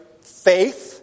Faith